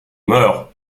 meurt